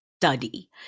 study